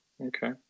Okay